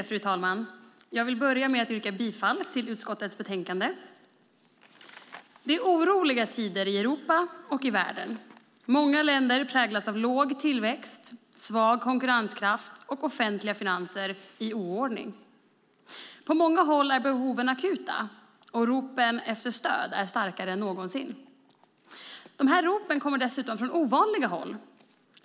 Fru talman! Jag vill börja med att yrka bifall till utskottets förslag till beslut. Det är oroliga tider i Europa och världen. Många länder präglas av låg tillväxt, svag konkurrenskraft och offentliga finanser i oordning. På många håll är behoven akuta, och ropen efter stöd är starkare än någonsin. De här ropen kommer dessutom från ovanliga håll.